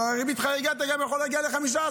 אבל עם ריבית חריגה אתה יכול להגיע גם ל-15%.